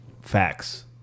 facts